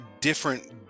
different